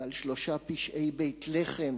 ועל שלושה פשעי בית-לחם